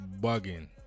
bugging